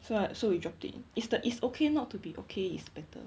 so I so you dropped it is the is okay not to be okay is better